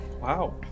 Wow